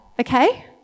okay